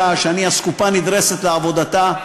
שאני אסקופה נדרסת לעבודתה,